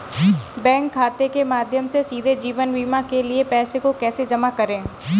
Bank खाते के माध्यम से सीधे जीवन बीमा के लिए पैसे को कैसे जमा करें?